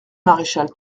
maréchal